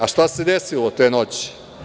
A šta se desilo te noći?